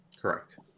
Correct